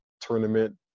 tournament